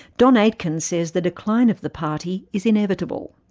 don aitkin says the decline of the party is inevitable.